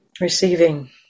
Receiving